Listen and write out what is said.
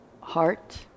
heart